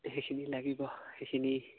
সেইখিনি লাগিব সেইখিনি